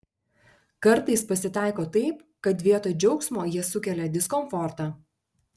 kartais pasitaiko taip kad vietoj džiaugsmo jie sukelia diskomfortą